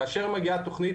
כאשר מגיעה תכנית,